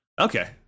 Okay